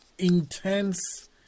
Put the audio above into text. intense